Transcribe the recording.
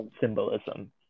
symbolism